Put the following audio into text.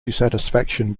dissatisfaction